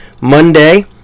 Monday